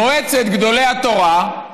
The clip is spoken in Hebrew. מועצת גדולי התורה,